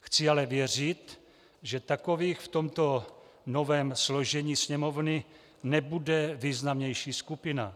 Chci ale věřit, že takových v tomto novém složení Sněmovny nebude významnější skupina.